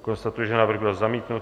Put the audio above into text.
Konstatuji, že návrh byl zamítnut.